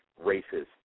races